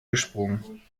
gesprungen